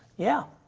yeah.